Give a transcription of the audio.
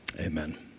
amen